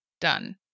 done